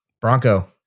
Bronco